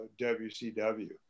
WCW